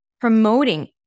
promoting